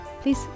please